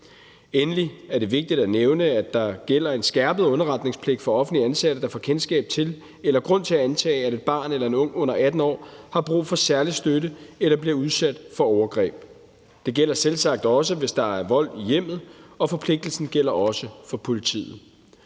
Endelig er det vigtigt at nævne, at der gælder en skærpet underretningspligt for offentligt ansatte, der får kendskab til eller grund til at antage, at et barn eller en ung under 18 år har brug for særlig støtte eller bliver udsat for overgreb. Det gælder selvsagt også, hvis der er vold i hjemmet, og forpligtelsen gælder også for politiet.